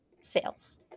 sales